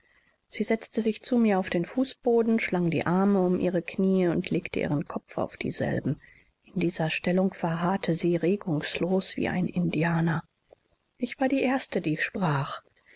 sie setzte sich zu mir auf den fußboden schlang die arme um ihre kniee und legte ihren kopf auf dieselben in dieser stellung verharrte sie regungslos wie ein indianer ich war die erste die sprach